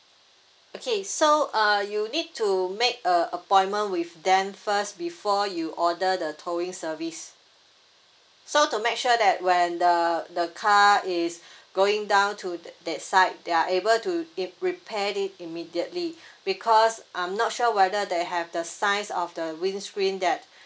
okay so uh you need to make a appointment with them first before you order the towing service so to make sure that when the the car is going down to that that side they are able to it repair it immediately because I'm not sure whether they have the size of the wind screen that